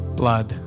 blood